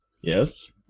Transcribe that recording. Yes